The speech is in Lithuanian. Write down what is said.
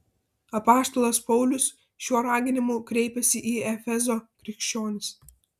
apaštalas paulius šiuo raginimu kreipiasi į efezo krikščionis